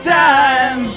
time